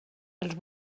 els